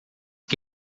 que